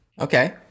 Okay